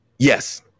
Yes